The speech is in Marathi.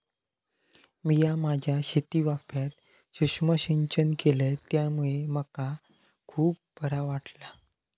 मिया माझ्या शेतीवाफ्यात सुक्ष्म सिंचन केलय त्यामुळे मका खुप बरा वाटला